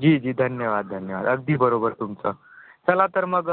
जी जी धन्यवाद धन्यवाद अगदी बरोबर तुमचं चला तर मग